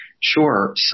Sure